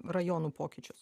rajonų pokyčius